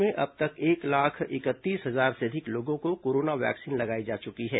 प्रदेश में अब तक एक लाख इकतीस हजार से अधिक लोगों को कोरोना वैक्सीन लगाई जा चुकी है